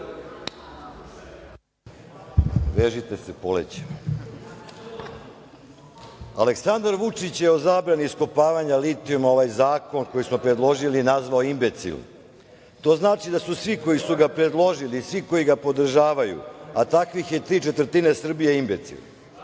**Dragan Đilas** Aleksandar Vučić je o zabrani iskopavanja litijuma ovaj zakon koji smo predložili nazvao imbecilnim. To znači da su svi koji su ga predložili i svi koji ga podržavaju, a takvih je tri četvrtine Srbije, imbecili.